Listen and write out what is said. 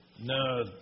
No